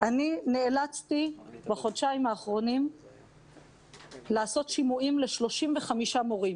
אני נאלצתי בחודשיים האחרונים לעשות שימועים ל-35 מורים.